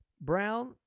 Brown